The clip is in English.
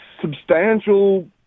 substantial